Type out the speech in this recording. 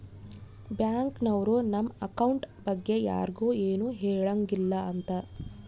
bank ನವ್ರು ನಮ್ account ಬಗ್ಗೆ ಯರ್ಗು ಎನು ಹೆಳಂಗಿಲ್ಲ ಅಂತ